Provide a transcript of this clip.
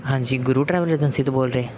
ਹਾਂਜੀ Guru travel agency ਤੋਂ ਬੋਲ ਰਹੇ